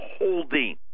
holding